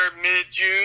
mid-June